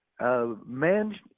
Man